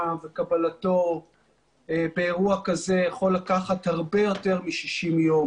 וקבלתו באירוע כזה יכול לקחת הרבה יותר מ-60 ימים.